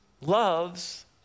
loves